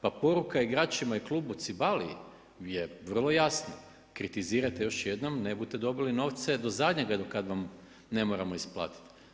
Pa poruka igračima i Klubu Cibaliji je vrlo jasna, kritizirajte još jednom ne bute dobili novce do zadnjega do kad vam ne moramo isplatit.